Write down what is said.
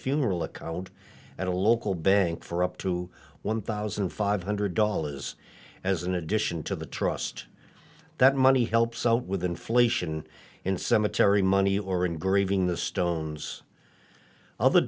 funeral account at a local bank for up to one thousand five hundred dollars as an addition to the trust that money helps with inflation in cemetery money or engraving the stones other